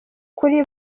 kuri